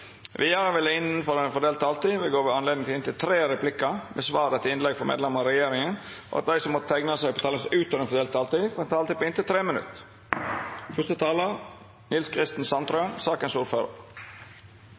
vil det – innenfor den fordelte taletid – bli gitt anledning til inntil seks replikker med svar etter innlegg fra medlemmer av regjeringen, og de som måtte tegne seg på talerlisten utover den fordelte taletid, får også en taletid på inntil 3 minutter.